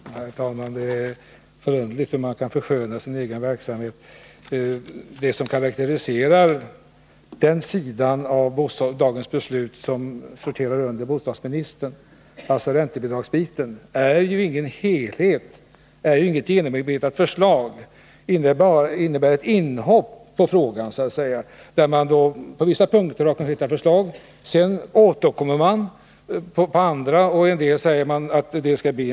Herr talman! Det är förunderligt hur man kan försköna sin egen verksamhet! Det som karakteriserar den sida av dagens beslut som sorterar under bostadsministern — räntebidragsbiten — är ingen helhetssyn. Det som framläggs är inget genomarbetat förslag, utan det innebär ett inhopp. På vissa punkter har man konkreta förslag, på andra punkter vill man återkomma, och på ytterligare andra skjuter man förslagen på framtiden.